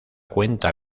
cuenta